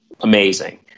amazing